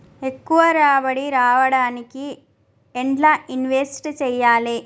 ఎక్కువ రాబడి రావడానికి ఎండ్ల ఇన్వెస్ట్ చేయాలే?